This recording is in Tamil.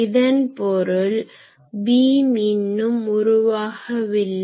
இதன் பொருள் பீம் beam கற்றை இன்னும் உருவாகவில்லை